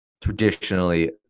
traditionally